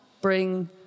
bring